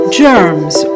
germs